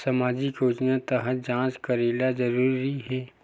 सामजिक योजना तहत जांच करेला जरूरी हे